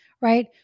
right